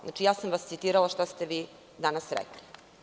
Znači, ja sam citirala šta ste vi danas rekli.